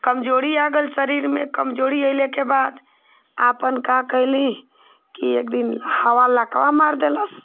कमजोरी आ गइल शरीर में कमजोरी अइले के बाद आपन का कइलीं कि एक दिन हवा लकवा मार देलस